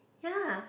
ya